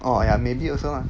or ya maybe also lah